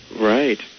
Right